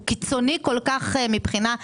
כמצב קיצוני כל כך פיסקלית,